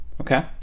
Okay